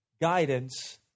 guidance